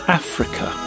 africa